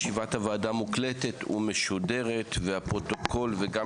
ישיבת הוועדה מוקלטת ומשודרת והפרוטוקול וגם